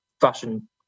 fashion